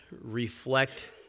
Reflect